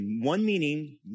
one-meaning